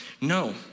no